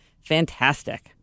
fantastic